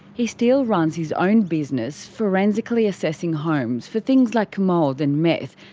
he still runs his own business forensically assessing homes for things like mould and meth,